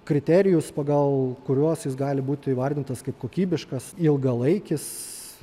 kriterijus pagal kuriuos jis gali būti įvardintas kaip kokybiškas ilgalaikis